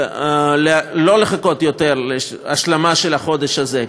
לא לחכות יותר להשלמה של החודש הזה,